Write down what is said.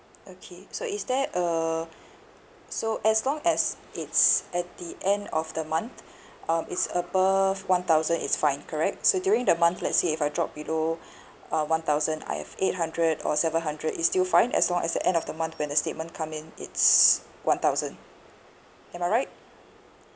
okay so is there uh so as long as it's at the end of the month um it's above one thousand is fine correct so during the month let's say if I drop below uh one thousand I have eight hundred or seven hundred it's still fine as well as the end of the month when the statement come in it's one thousand am I right